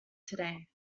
today